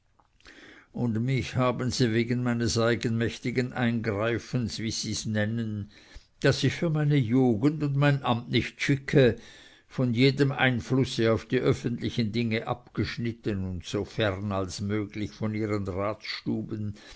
und mich haben sie wegen meines eigenmächtigen eingreifens wie sie's nennen das sich für meine jugend und mein amt nicht schicke von jedem einflusse auf die öffentlichen dinge abgeschnitten und so fern als möglich von ihren ratsstuben